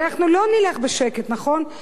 הרי אנחנו לא נלך בשקט, נכון?